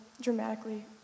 dramatically